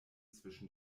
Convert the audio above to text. zwischen